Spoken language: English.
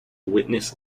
witness